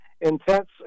intense